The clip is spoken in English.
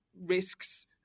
risks